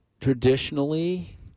Traditionally